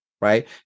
right